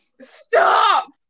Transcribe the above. Stop